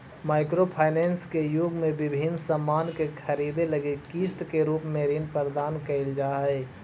micro finance के युग में विभिन्न सामान के खरीदे लगी किस्त के रूप में ऋण प्रदान कईल जा हई